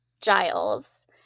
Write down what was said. Giles